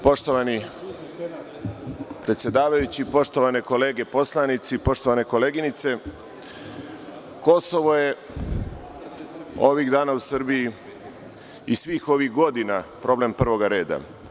Poštovani predsedavajući, poštovane kolege poslanici, poštovane koleginice, Kosovo je ovih dana u Srbiji i svih ovih godina problem prvog reda.